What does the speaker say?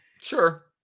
Sure